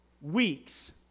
weeks